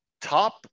top